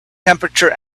temperature